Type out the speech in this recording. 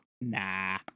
Nah